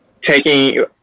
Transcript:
taking